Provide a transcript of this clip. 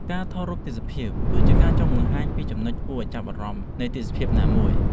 ការថតរូបទេសភាព គឺជាការចង់បង្ហាញពីចំណុចគួរចាប់អារម្មណ៍នៃទេសភាពណាមួយ។